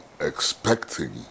expecting